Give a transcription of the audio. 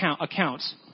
accounts